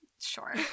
Sure